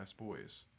Boys